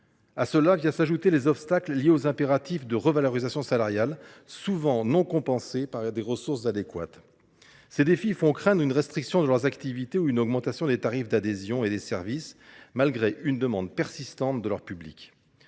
À cela viennent s’ajouter les obstacles liés aux impératifs de revalorisation salariale, souvent non compensés par des ressources adéquates. Ces défis font craindre une restriction de l’activité des associations ou une augmentation des tarifs d’adhésion et des services, malgré une demande persistante de leurs publics.